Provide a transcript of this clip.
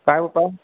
काय उपाय